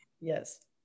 Yes